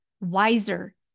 wiser